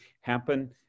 happen